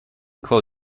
call